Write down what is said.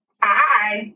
Hi